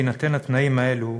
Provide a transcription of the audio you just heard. בהינתן התנאים האלה,